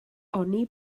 oni